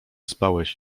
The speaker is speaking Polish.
spałeś